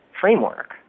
framework